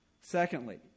Secondly